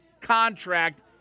contract